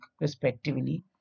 respectively